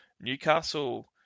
Newcastle